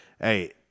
Hey